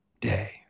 day